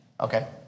Okay